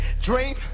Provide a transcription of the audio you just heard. dream